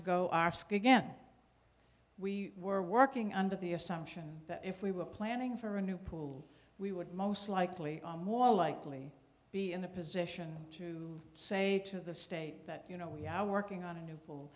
ski again we were working under the assumption that if we were planning for a new pool we would most likely are more likely be in a position to say to the state that you know we are working on a new